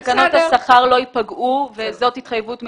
תקנות השכר לא ייפגעו וזאת התחייבות מאתנו.